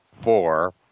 four